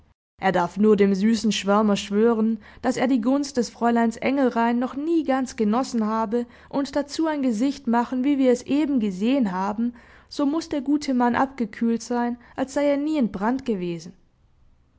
er darf nur dem süßen schwärmer schwören daß er die gunst des fräuleins engelrein noch nie ganz genossen habe und dazu ein gesicht machen wie wir es eben gesehen haben so muß der gute mann abgekühlt sein als sei er nie entbrannt gewesen